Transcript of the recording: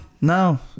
No